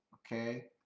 okay,